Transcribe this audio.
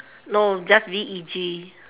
no just V E G